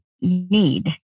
need